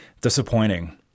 disappointing